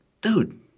dude